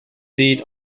seen